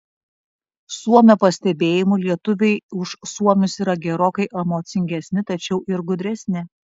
suomio pastebėjimu lietuviai už suomius yra gerokai emocingesni tačiau ir gudresni